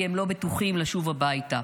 כי הם לא בטוחים לשוב הביתה,